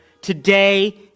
Today